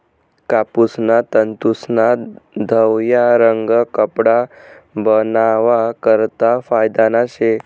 कापूसना तंतूस्ना धवया रंग कपडा बनावा करता फायदाना शे